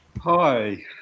Hi